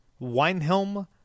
Weinhelm